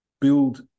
build